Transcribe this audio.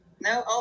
no